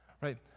right